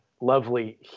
lovely